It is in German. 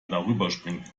darüberspringt